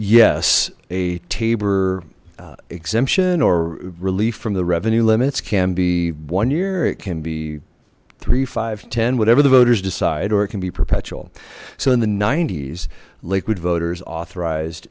yes a tabor exemption or relief from the revenue limits can be one year it can be three five ten whatever the voters decide or it can be perpetual so in the s liquid voters authorized